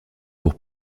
pour